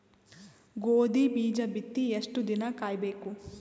ಗೋಧಿ ಬೀಜ ಬಿತ್ತಿ ಎಷ್ಟು ದಿನ ಕಾಯಿಬೇಕು?